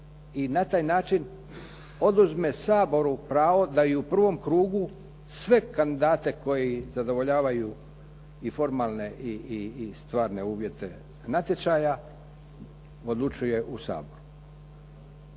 i na taj način oduzme Saboru pravo da i u prvom krugu sve kandidate koji zadovoljavaju i formalne i stvarne uvjete natječaja, odlučuje u Saboru.